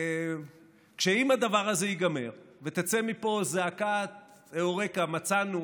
אם הדבר הזה ייגמר ותצא מפה זעקה: אאוריקה, מצאנו,